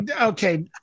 Okay